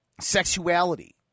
sexuality